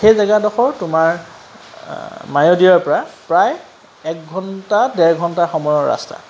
সেই জেগাডোখৰ তোমাৰ মায়'দিয়াৰপৰা প্ৰায় এক ঘণ্টা ডেৰ ঘণ্টাৰ সময়ৰ ৰাস্তা